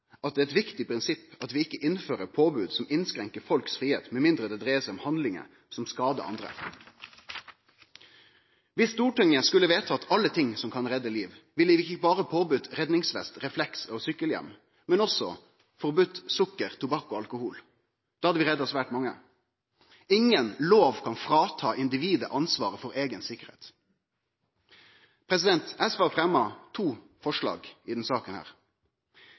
at det er eit viktig prinsipp at vi ikkje innfører påbod som innskrenkar fridomen til folk, med mindre det dreier seg om handlingar som skadar andre. Viss Stortinget skulle vedtatt alle ting som kan redde liv, ville vi ikkje berre påby redningsvest, refleks og sykkelhjelm, men også forby sukker, tobakk og alkohol. Da ville vi redda svært mange. Ingen lov kan ta frå individet ansvaret for eiga sikkerheit. SV vil fremje to forslag i denne saka.